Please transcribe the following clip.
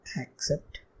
accept